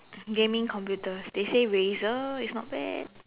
gaming computers they say Razer is not bad